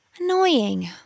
Annoying